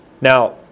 Now